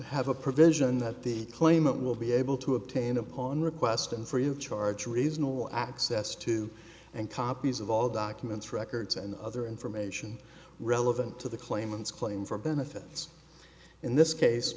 have a provision that the claimant will be able to obtain upon request and free of charge reasonable access to and copies of all documents records and other information relevant to the claimants claim for benefits in this case